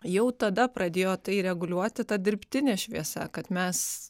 jau tada pradėjo tai reguliuoti ta dirbtinė šviesa kad mes